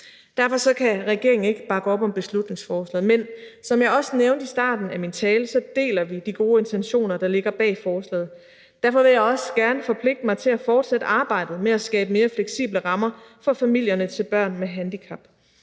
Derfor kan regeringen ikke bakke op om beslutningsforslaget, men som jeg også nævnte i starten af min tale, deler vi de gode intentioner, der ligger bag forslaget. Derfor vil jeg også gerne forpligte mig til at fortsætte arbejdet med at skabe mere fleksible rammer for familierne til børn med handicap.